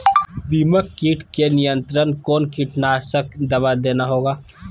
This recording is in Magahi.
दीमक किट के नियंत्रण कौन कीटनाशक दवा देना होगा?